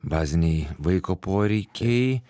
baziniai vaiko poreikiai